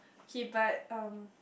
okay but um